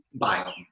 biome